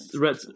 Red